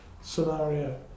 scenario